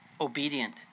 obedient